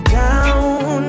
down